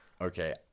Okay